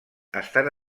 estan